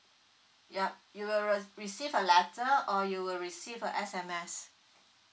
yup you will re~ receive a letter or you will receive a S_M_S